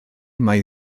mai